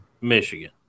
Michigan